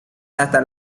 hasta